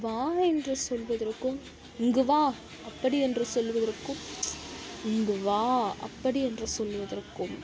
வா என்று சொல்வதற்கும் இங்கு வா அப்படி என்று சொல்வதற்கும் இங்கு வா அப்படி என்று சொல்வதற்கும்